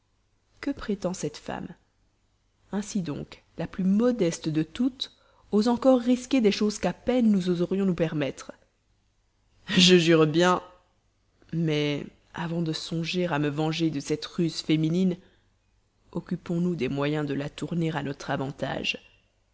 que prétend cette femme ainsi donc la plus modeste de toutes ose encore risquer des choses qu'à peine nous oserions nous permettre je jure bien mais avant de songer à me venger de cette ruse féminine occupons-nous des moyens de la tourner à notre avantage